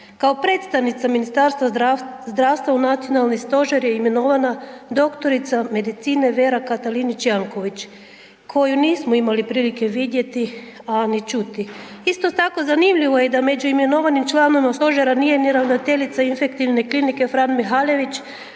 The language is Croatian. Kao predstavnica Ministarstva zdravstva u nacionalni stožer je imenovana dr.med. Vera Katalinić Jelković koju nismo imali prilike vidjeti, a ni čuti. Isto tako zanimljivo je da među imenovanim članovima stožera nije ni ravnateljica infektivne klinike „Fran Mihaljević“